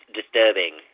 disturbing